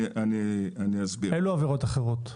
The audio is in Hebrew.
אילו עבירות אחרות?